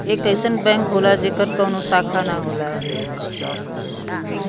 एक अइसन बैंक होला जेकर कउनो शाखा ना होला